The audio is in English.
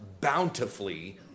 bountifully